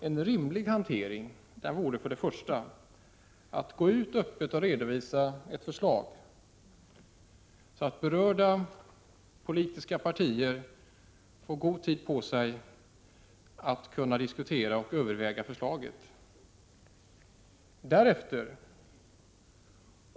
En rimlig hantering vore att först och främst gå ut och öppet redovisa ett förslag, så att den personal som berörs och de politiska partierna får god tid på sig att diskutera och överväga förslaget.